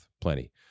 Plenty